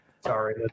sorry